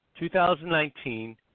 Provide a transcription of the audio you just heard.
2019